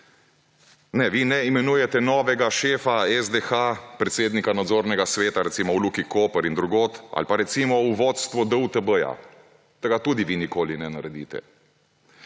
Ne, vi ne imenujete novega šefa SDH, predsednika nadzornega sveta v Luki Koper in drugod ali pa, recimo, v vodstvu DUTB. Tega tudi vi nikoli ne naredite!